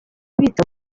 bita